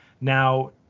Now